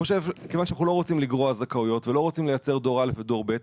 כיוון שאנחנו לא רוצים לגרוע זכאויות ולא רוצים לייצר דור א' ודור ב',